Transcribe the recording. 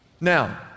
Now